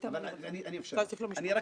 בשורה התחתונה,